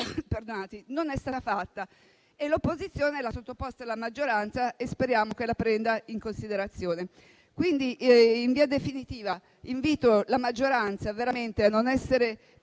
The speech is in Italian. non è stata fatta, ma l'opposizione l'ha sottoposta alla maggioranza, che speriamo la prenda in considerazione. Pertanto, in via definitiva invito la maggioranza a non essere